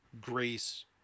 grace